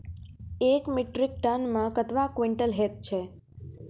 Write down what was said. एक metric ton मे कतवा क्वींटल हैत छै?